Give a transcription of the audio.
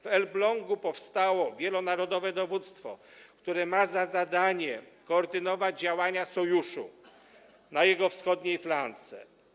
W Elblągu powstało wielonarodowe dowództwo, które ma za zadanie koordynować działania Sojuszu na jego wschodniej flance.